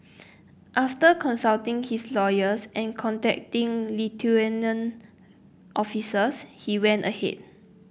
after consulting his lawyer and contacting Lithuanian officials he went ahead